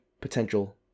potential